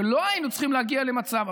ולא היינו צריכים להגיע למצב.